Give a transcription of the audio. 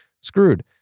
screwed